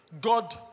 God